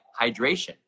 hydration